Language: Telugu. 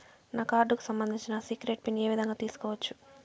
నా కార్డుకు సంబంధించిన సీక్రెట్ పిన్ ఏ విధంగా తీసుకోవచ్చు?